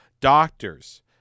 Doctors